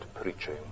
preaching